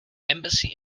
embassy